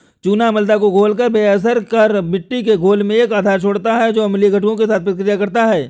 चूना अम्लता को घोलकर बेअसर कर मिट्टी के घोल में एक आधार छोड़ता है जो अम्लीय घटकों के साथ प्रतिक्रिया करता है